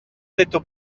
detto